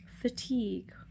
fatigue